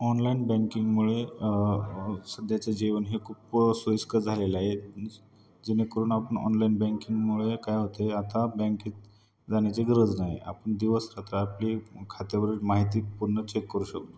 online बँकिंगमुळे सध्याचं जीवन हे खूप सोयीस्कर झालेलं आहेत जेणेकरून आपण ऑनलाईन बँकिंगमुळे काय होते आता बँकेत जाण्याची गरज नाही आपण दिवस रात्र आपली खात्यावरील माहिती पूर्ण चेक करू शकतो